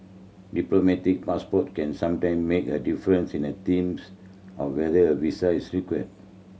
diplomatic passport can sometime make a difference in a teams of whether a visa is required